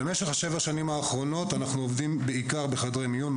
במשך שבע השנים האחרונות אנחנו עובדים בעיקר בחדרי מיון,